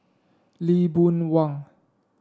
Lee Boon Wang